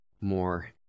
more